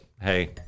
hey